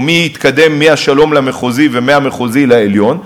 או מי יתקדם מהשלום למחוזי ומהמחוזי לעליון.